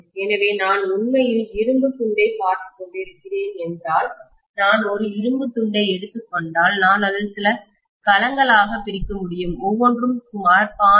எனவே நான் உண்மையில் இரும்புத் துண்டைப் பார்த்துக் கொண்டிருக்கிறேன் என்றால் நான் ஒரு இரும்புத் துண்டை எடுத்துக் கொண்டால் நான் அதை சில களங்களாகப் பிரிக்க முடியும் ஒவ்வொன்றும் சுமார் 0